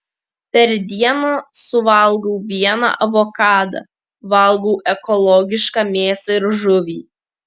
per dieną suvalgau vieną avokadą valgau ekologišką mėsą ir žuvį